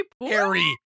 Harry